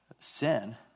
Sin